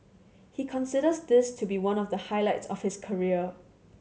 he considers this to be one of the highlights of his career